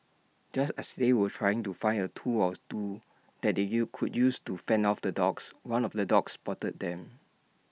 just as they were trying to find A tool or two that they you could use to fend off the dogs one of the dogs spotted them